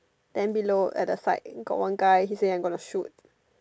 then below at the side got one guy he said I'm going to shoot